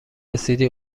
رسیدی